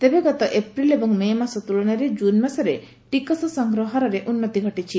ତେବେ ଗତ ଏପ୍ରିଲ୍ ଏବଂ ମେ' ମାସ ତୁଳନାରେ ଜୁନ୍ ମାସରେ ଟିକସ ସଂଗ୍ରହ ହାରରେ ଉନ୍ନତି ଘଟିଛି